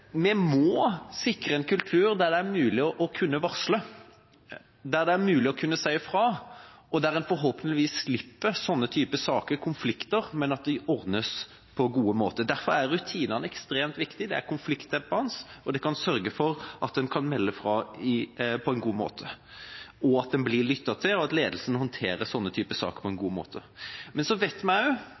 Vi må sikre en kultur der det er mulig å kunne varsle, der det er mulig å kunne si fra, og der en forhåpentligvis slipper sånne typer saker og konflikter, men at det ordnes på gode måter. Derfor er rutinene ekstremt viktige, det er konfliktdempende, det kan sørge for at en kan melde fra på en god måte, at en blir lyttet til, og at ledelsen håndterer sånne typer saker på en god måte. Men så vet vi